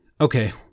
Okay